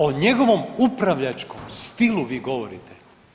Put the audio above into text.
O njegovom upravljačkom stilu vi govorite.